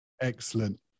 Excellent